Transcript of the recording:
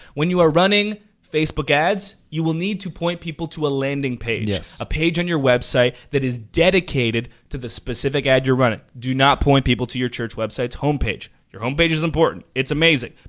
when you are running facebook ads, you will need to point people to a landing page. yes. a page on your website that is dedicated to the specific ad you're running. do not point people to your church website's homepage. your homepage is important. it's amazing.